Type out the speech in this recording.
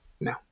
No